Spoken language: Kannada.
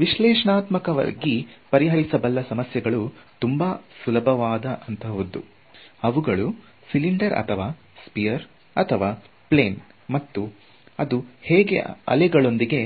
ವಿಶ್ಲೇಷಣಾತ್ಮಕ ವಾಗಿ ಪರಿಹರಿಸಬಲ್ಲ ಸಮಸ್ಯೆಗಳು ತುಂಬಾ ಸುಲಭವಾದ ಅಂತಹುದು ಅವುಗಳು ಸಿಲಿಂಡರ್ ಅಥವಾ ಸ್ಪಿಯರ್ ಅಥವಾ ಪ್ಲೇನ್ ಮತ್ತು ಅದು ಹೇಗೆ ಅಲೆಗಳೊಂದಿಗೆ